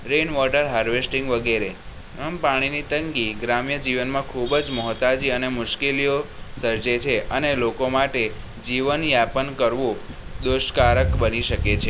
રેન water harvesting વગેરે આમ પાણીની તંગી ગ્રામ્ય જીવનમાં ખૂબ જ મોહતાજી અને મુશ્કેલીઓ સર્જે છે અને લોકો માટે જીવન યાપન કરવું દુષ્કારક બની શકે છે